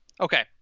Okay